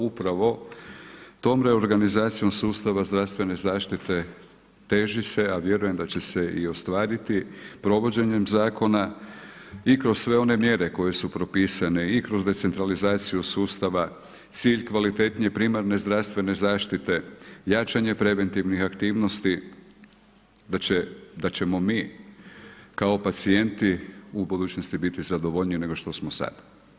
Upravo tom reorganizacijom sustava zdravstvene zaštite teži se a vjerujem da će se i ostvariti provođenjem zakona i kroz sve one mjere koje su propisane, i kroz decentralizaciju sustav, cilj kvalitetnije primarne zdravstvene zaštite, jačanje preventivnih aktivnosti, da ćemo mi kao pacijenti u budućnosti biti zadovoljniji nego što smo sad.